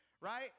Right